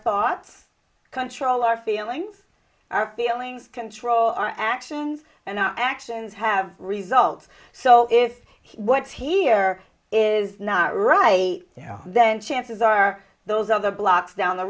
thoughts control our feelings our feelings control our actions and our actions have results so if he what's he ere is not right a yeah then chances are those other blocks down the